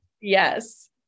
Yes